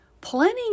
Planning